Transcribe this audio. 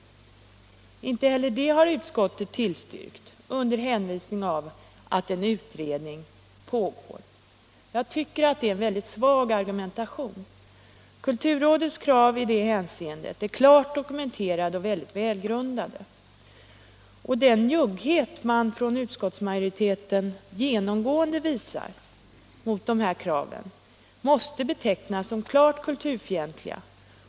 Med hänvisning till att en utredning pågår har utskottet inte heller tillstyrkt detta. Jag tycker att det är en mycket svag argumentation. Kulturrådets krav är klart dokumenterade och mycket välgrundade. Den njugghet utskottsmajoriteten genomgående visat när det gäller dessa krav måste betecknas som klart kulturfientlig.